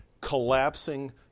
collapsing